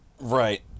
Right